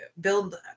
build